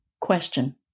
Question